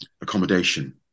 accommodation